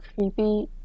creepy